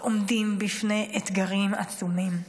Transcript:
ועומדים בפני אתגרים עצומים.